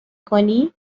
کنی